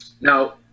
Now